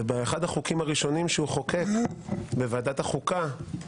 ובאחד החוקים הראשונים שהוא חוקק בוועדת החוקה,